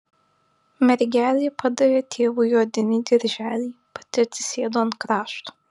mergelė padavė tėvui odinį dirželį pati atsisėdo ant krašto